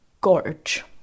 Gorge